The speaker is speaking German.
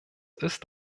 ist